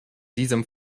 diesem